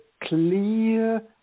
clear